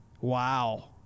Wow